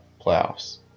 Playoffs